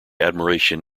admiration